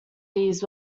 these